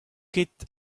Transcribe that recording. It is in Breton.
ket